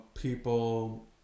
people